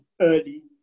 early